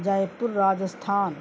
جے پور راجستھان